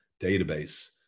database